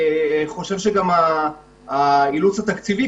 אנחנו יודעים שהם ייכנסו לאילת ואז יאלצו לשהות בבידוד.